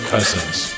Cousins